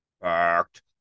Fact